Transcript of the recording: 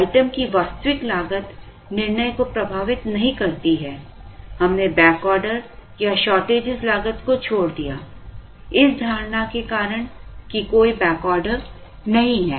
item की वास्तविक लागत निर्णय को प्रभावित नहीं करती है हमने बैकऑर्डर या चार्टेज लागत को छोड़ दिया इस धारणा के कारण कि कोई बैकऑर्डर नहीं है